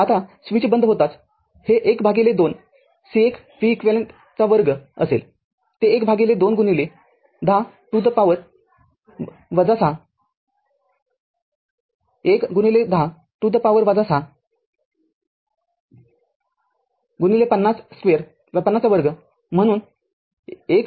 आता स्विच बंद होताच हे १ भागिले २ C१ v eq २असेलते १ भागिले २ गुणिले १० to the power ६ १ १० to the power ६ ५० २ म्हणून १